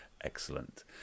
excellent